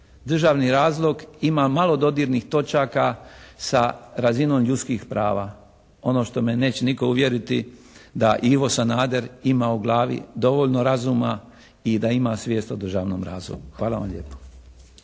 Državni razlog ima malo dodirnih točaka sa razinom ljudskih prava. Ono što me neće nitko uvjeriti da Ivo Sanader ima u glavi dovoljno razuma i da ima svijest o državnom razumu. Hvala vam lijepo.